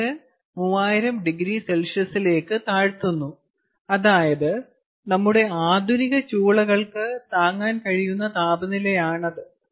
പിന്നീട് 3000oC ലേക്ക് താഴ്ത്തുന്നു അതായത് നമ്മുടെ ആധുനിക ചൂളകൾക്ക് താങ്ങാൻ കഴിയുന്ന താപനിലയാണത്